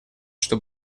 что